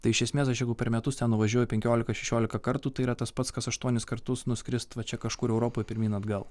tai iš esmės aš jeigu per metus ten nuvažiuoju penkiolika šešiolika kartų tai yra tas pats kas aštuonis kartus nuskrist va čia kažkur europoj pirmyn atgal